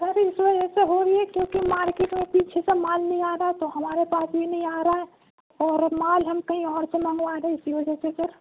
سر اس وجہ سے ہو رہی ہے کیونکہ مارکیٹ میں پیچھے سے مال نہیں آ رہا ہے تو ہمارے پاس بھی نہیں آ رہا اور مال ہم کہیں اور سے منگوا رہے اسی وجہ سے سر